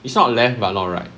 it's not left but not right